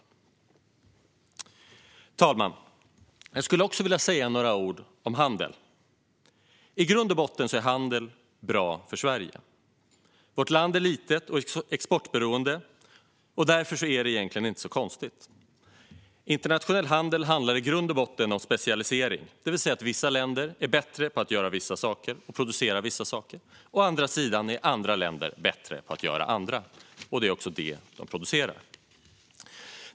Fru talman! Jag skulle också vilja säga några ord om handel. I grund och botten är handel bra för Sverige. Vårt land är litet och exportberoende. Därför är det egentligen inte så konstigt. Internationell handel handlar i grund och botten om specialisering, det vill säga att vissa länder är bättre på att göra vissa saker och producerar då dessa saker och att andra länder är bättre på att göra andra saker och producerar de sakerna.